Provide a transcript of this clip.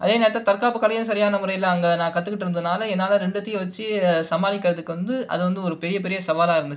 அதே நேரத்தில் தற்காப்பு கலையும் சரியான முறையில் அங்கே நான் கற்றுக்கிட்டுருந்ததுனால என்னால் ரெண்டுத்தையும் வச்சி சமாளிக்கறத்துக்கு வந்து அது வந்து ஒரு பெரிய பெரிய சவாலாக இருந்துச்சு